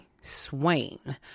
Swain